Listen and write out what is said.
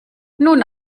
nun